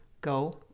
go